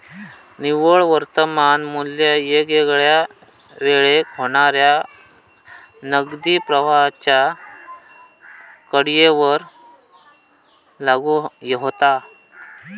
निव्वळ वर्तमान मू्ल्य वेगवेगळ्या वेळेक होणाऱ्या नगदी प्रवाहांच्या कडीयेवर लागू होता